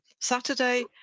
saturday